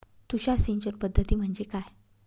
तुषार सिंचन पद्धती म्हणजे काय?